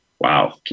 wow